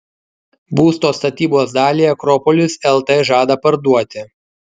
būsto statybos dalį akropolis lt žada parduoti